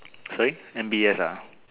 sorry M_B_S ah